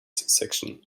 section